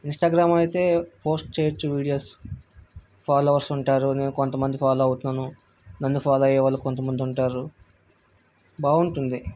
Instagram అయితే post చేయవచ్చు videos followers ఉంటారు నేను కొంత మంది ఫాలో అవుతాను నన్ను ఫాలో అయ్యేవాళ్ళు కొంత మంది ఉంటారు బాగుంటుంది